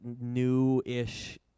new-ish